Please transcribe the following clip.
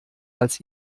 als